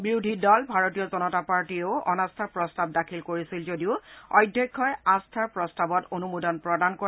বিৰোধী দল ভাৰতীয় জনতা পাৰ্টীয়েও অনাস্থা প্ৰস্তাৱ দাখিল কৰিছিল যদিও অধ্যক্ষই আস্থাৰ প্ৰস্তাৱত অনুমোদন প্ৰদান কৰে